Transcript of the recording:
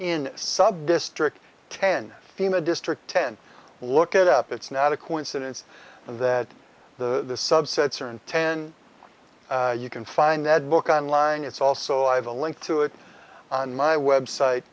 in subdistrict ten fema district ten look at up it's not a coincidence that the subsets are in ten you can find that book on line it's also i have a link to it on my website